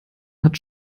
hat